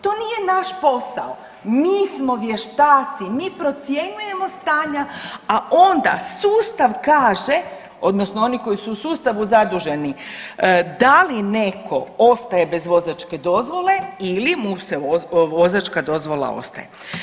To nije naš posao, mi smo vještaci, mi procjenjujemo stanja, a onda sustav kaže odnosno oni koji su u sustavu zaduženi da li neko ostaje bez vozačke dozvole ili mu vozačka dozvala ostaje.